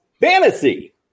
Fantasy